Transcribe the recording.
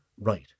right